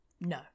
No